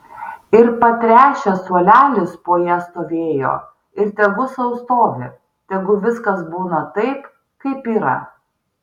ir patręšęs suolelis po ja stovėjo ir tegu sau stovi tegu viskas būna taip kaip yra